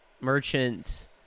Merchant